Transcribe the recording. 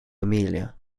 amelia